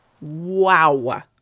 Wow